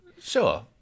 Sure